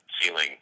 ceiling